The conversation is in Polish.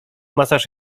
masaż